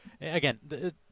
again